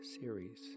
series